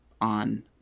on